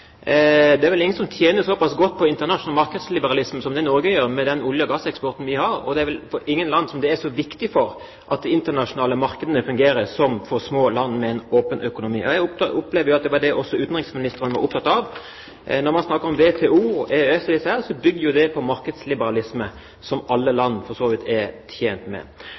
som det Norge gjør, med den olje- og gasseksporten vi har, og det er vel ingen land som det er så viktig for at de internasjonale markedene fungerer, som for små land med en åpen økonomi. Jeg opplever at det var det utenriksministeren også var opptatt av. Når man snakker om WTO og EØS og disse her, bygger jo de på markedsliberalisme, som alle land for så vidt er tjent med.